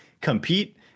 compete